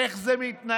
איך זה מתנהל?